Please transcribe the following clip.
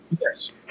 Yes